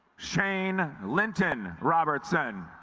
shane linton robertson